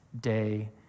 day